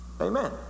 Amen